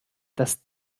das